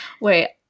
Wait